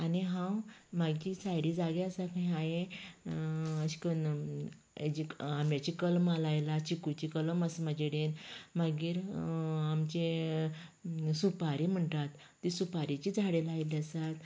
आनी हांव म्हागे सायडीन जागे आसा थंय हांये अशें करून हेजी आंब्याची कलमां लायलां चिकूची कलम आसा म्हाजे कडेन मागीर आमचे सुपारी म्हणटात ती सुपारेची झाडां लायिल्लीं आसात